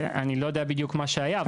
אני לא יודע בדיוק מה שהיה.